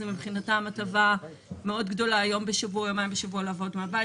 זה מבחינתם הטבה מאוד גדולה יום בשבוע או יומיים בשבוע לעבוד מהבית,